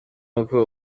uko